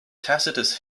tacitus